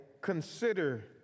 Consider